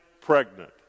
pregnant